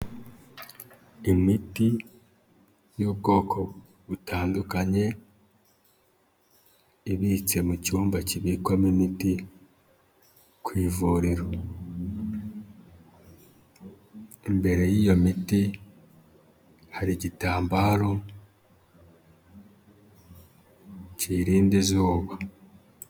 Imiti y'ubwoko butandukanye ibitse mu cyumba kibikwamo imiti ku ivuriro. Imbere y'iyo miti, hari igitambaro kiyirinda izuba.